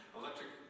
Electric